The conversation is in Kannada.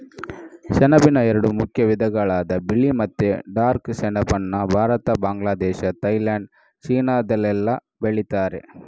ಸೆಣಬಿನ ಎರಡು ಮುಖ್ಯ ವಿಧಗಳಾದ ಬಿಳಿ ಮತ್ತೆ ಡಾರ್ಕ್ ಸೆಣಬನ್ನ ಭಾರತ, ಬಾಂಗ್ಲಾದೇಶ, ಥೈಲ್ಯಾಂಡ್, ಚೀನಾದಲ್ಲೆಲ್ಲ ಬೆಳೀತಾರೆ